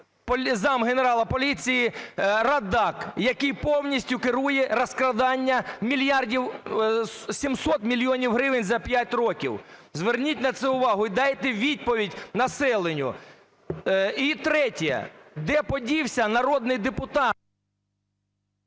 замгенерала поліції Радак, який повністю керує розкраданням 700 мільйонів гривень за п’ять років. Зверніть на це увагу і дайте відповідь населенню. І третє. Де подівся народний депутат…?